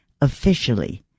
officially